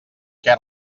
què